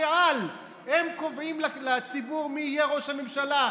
הם קובעים לציבור מי יהיה ראש הממשלה.